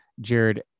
Jared